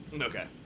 Okay